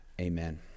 Amen